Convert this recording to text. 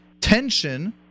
Tension